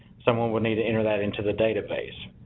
someone would need to enter that into the database.